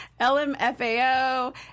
LMFAO